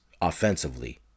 offensively